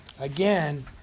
again